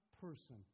person